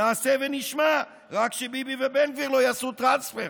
נעשה ונשמע, רק שביבי ובן גביר לא יעשו טרנספר.